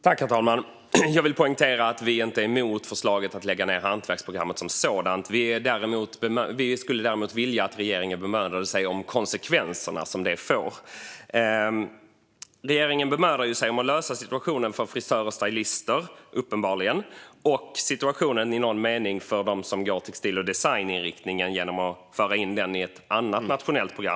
Herr talman! Jag vill poängtera att vi inte är emot förslaget att lägga ned hantverksprogrammet som sådant. Vi skulle dock vilja att regeringen bemödade sig om att hantera de konsekvenser detta får. Regeringen bemödar sig uppenbarligen om att lösa situationen för frisörer och stajlister och, i någon mening, situationen för dem som går textil och designinriktningen, genom att föra in den i ett annat nationellt program.